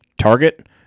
Target